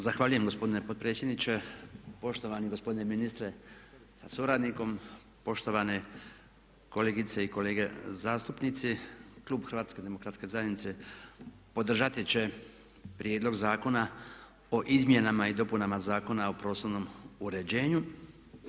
Zahvaljujem gospodine potpredsjedniče, poštovani gospodine ministre sa suradnikom, poštovane kolegice i kolege zastupnici. Klub HDZ-a podržati će prijedlog zakona o izmjenama i dopunama Zakona o prostornom uređenju.